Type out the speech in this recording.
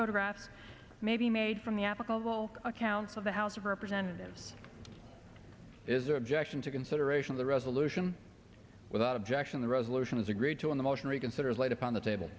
photographs may be made from the applicable accounts of the house of representatives is objection to consideration of the resolution without objection the resolution is agreed to in the motion reconsider is laid upon the table